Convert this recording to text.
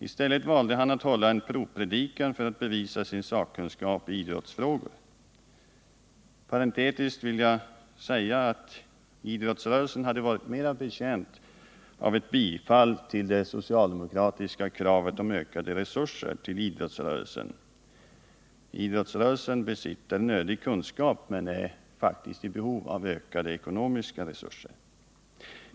I stället valde han att hålla en provpredikan för att bevisa sin sakkunskap i idrottsfrågor. Parentetiskt vill jag säga att idrottsrörelsen hade varit mer betjänt av ett bifall till det socialdemokratiska kravet på ökade resurser till rörelsen. Den besitter nödig sakkunskap, men den är faktiskt i behov av ökade ekonomiska resurser.